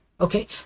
Okay